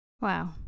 Wow